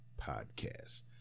podcast